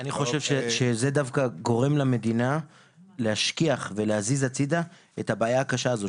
אני חושב שזה דווקא גורם למדינה להשכיח ולהזיז הצידה את הבעיה הקשה הזו,